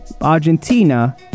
argentina